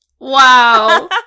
Wow